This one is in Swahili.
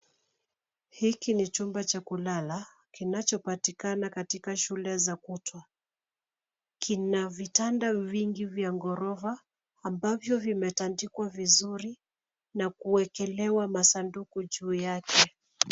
Hiki ni chumba cha kulala kinachopatikana katika shule za kutwa. Kina vitanda vingi vya ghorofa ambavyo vimetandikwa vizuri na kuwekelewa masanduku juu yake.